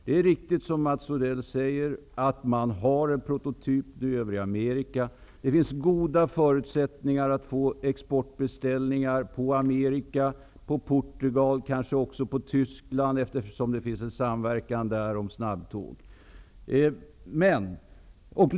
Det är riktigt, som kommunikationsminister Mats Odell säger, att företaget har en prototyp i Amerika och att det finns goda förutsättningar att få exportbeställningar från Amerika och Portugal och kanske också från Tyskland kanske -- eftersom det finns en samverkan där när det gäller snabbtåg.